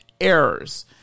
errors